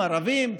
ערבים,